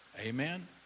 Amen